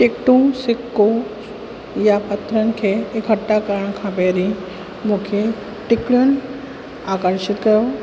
टिकटूं सिक्को यां पथरनि खे इकठ्ठा करण खां पहिरीं मूंखे टिकटुनि आकर्षित कयो